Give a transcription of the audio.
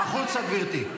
--- החוצה, גברתי.